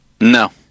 No